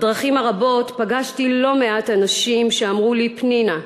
בדרכים הרבות פגשתי לא מעט אנשים שאמרו לי: פנינה,